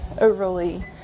overly